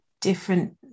different